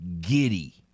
giddy